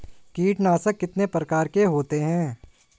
कीटनाशक कितने प्रकार के होते हैं?